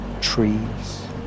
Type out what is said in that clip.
trees